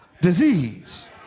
disease